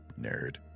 Nerd